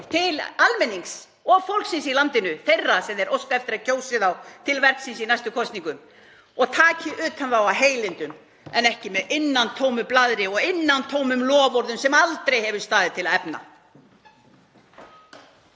til almennings og fólksins í landinu, þeirra sem þeir óska eftir að kjósi þá til verksins í næstu kosningum, og taki utan um þá af heilindum en ekki með innantómu blaðri og innantómum loforðum sem aldrei hefur staðið til að efna.